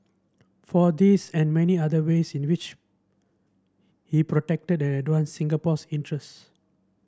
for this and many other ways in which he protected advanced Singapore's interest